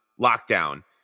lockdown